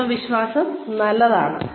ആത്മവിശ്വാസം നല്ലതാണ്